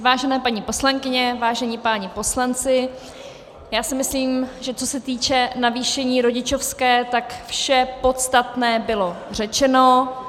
Vážené paní poslankyně, vážení páni poslanci, já si myslím, že co se týče navýšení rodičovské, tak vše podstatné bylo řečeno.